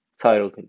title